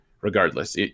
Regardless